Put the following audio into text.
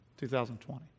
2020